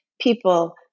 people